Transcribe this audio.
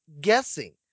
guessing